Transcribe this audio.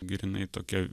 grynai tokia